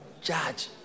judge